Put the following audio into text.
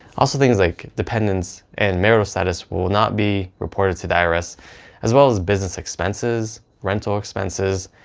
also things like dependents and marital status will not be reported to the irs as well as business expenses, rental expenses,